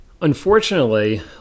Unfortunately